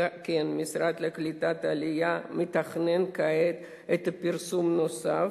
המשרד לקליטת העלייה מתכנן כעת גל פרסום נוסף.